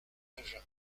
agen